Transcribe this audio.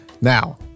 Now